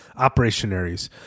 Operationaries